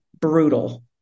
brutal